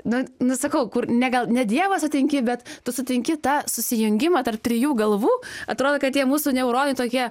nu nu sakau kur ne gal ne dievą sutinki bet tu sutinki tą susijungimą tarp trijų galvų atrodo kad tie mūsų neuronai tokie